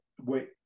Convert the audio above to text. wait